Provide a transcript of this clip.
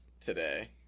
today